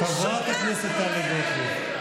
טלי, חברת הכנסת טלי גוטליב.